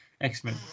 X-Men